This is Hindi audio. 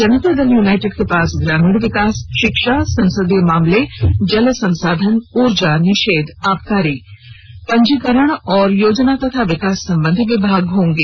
जनता दल यूनाइटेड के पास ग्रामीण विकास शिक्षा संसदीय मामले जल संसाधन ऊर्जा निषेध आबकारी पंजीकरण और योजना तथा विकास संबंधी विभाग होंगे